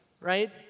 right